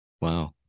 Wow